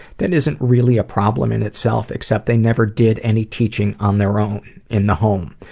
that isn't really a problem in itself, except they never did any teaching on their own in the home.